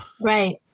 Right